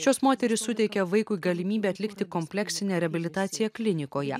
šios moterys suteikia vaikui galimybę atlikti kompleksinę reabilitaciją klinikoje